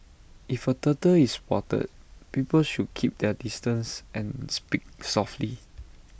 if A turtle is spotted people should keep their distance and speak softly